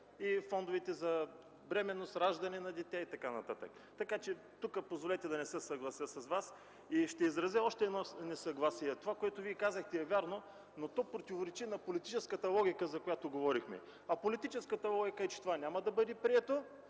фонд „Бременност и раждане на дете” и така нататък. Позволете тук да не се съглася с Вас. Ще изразя още едно несъгласие. Това, което Вие казахте, е вярно, но то противоречи на политическата логика, за която говорихме. А политическата логика е, че това няма да бъде прието,